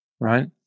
Right